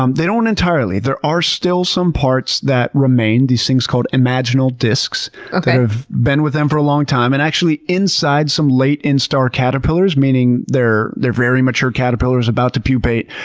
um they don't entirely. there are still some parts that remain, these things called imaginal disks that have been with them for a long time. and actually, inside some late instar caterpillars, meaning they're they're very mature, the caterpillar is about to pupate,